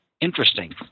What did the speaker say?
Interesting